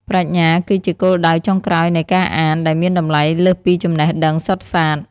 ប្រាជ្ញា គឺជាគោលដៅចុងក្រោយនៃការអាន ដែលមានតម្លៃលើសពីចំណេះដឹងសុទ្ធសាធ។